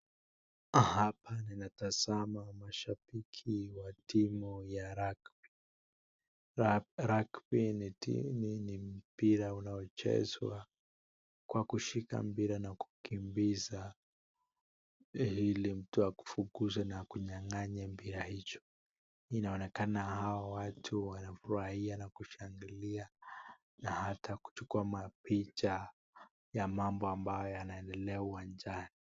Hapa ninatazama mashabiki wa timu ya rugby . Rugby ni mpira unaochezwa kwa kushika mpira na kukimbiza ili mtu akufukuze na akunyang'anye mpira hicho. Inaonekana hao watu wanafurahia na kushangilia na hata kuchukua mapicha ya mambo ambayo yanaendelea uwanjani.